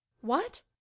What